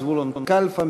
זבולון קלפה,